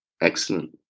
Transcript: Excellent